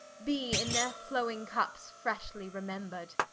be in their flowing cups freshly remembred.